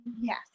yes